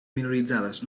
minoritzades